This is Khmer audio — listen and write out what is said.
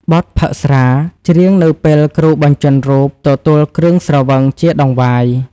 បទផឹកស្រា ច្រៀងនៅពេលគ្រូបញ្ជាន់រូបទទួលគ្រឿងស្រវឹងជាដង្វាយ។